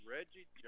Reggie